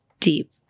deep